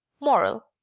moral.